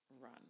run